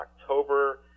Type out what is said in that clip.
October